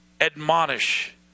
admonish